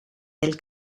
del